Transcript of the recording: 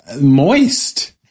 Moist